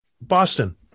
Boston